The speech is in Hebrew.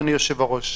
אדוני היושב-ראש,